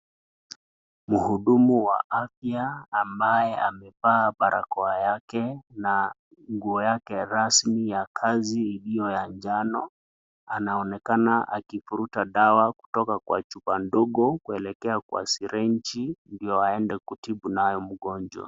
Mhudumu wa afya ambaye amevaa barakoa yake na nguo yake rasmi ya kazi iliyo ya njano anaonekana akivuruta dawa kutoka kwa chupa ndogo kuelekea kwa sireji ndio aede kutibu nayo mgonjwa.